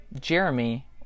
Jeremy